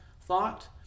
thought